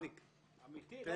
תן לי כמה דקות --- אמיתי.